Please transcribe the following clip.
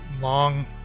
long